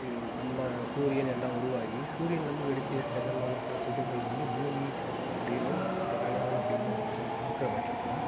நம்ம சூரியன் எல்லாம் உருவாகி சூரியன்லருந்து வெடித்து செதறின ஒரு சில துகள்கள் வந்து பூமி அப்படின்னும் மற்ற கிரகங்கள் அப்படின்னும் இருக்கிற இருக்கிற பட்சத்தில்